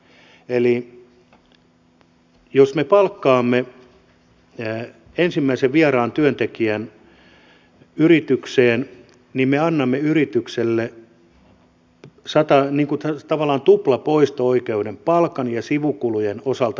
eli jos me palkkaamme ensimmäisen vieraan työntekijän yritykseen niin me annamme yritykselle tavallaan tuplapoisto oikeuden palkan ja sivukulujen osalta ensimmäiseltä vuodelta